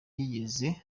yizeye